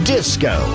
Disco